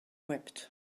wept